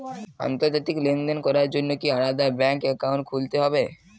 আন্তর্জাতিক লেনদেন করার জন্য কি আলাদা ব্যাংক অ্যাকাউন্ট খুলতে হবে?